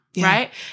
right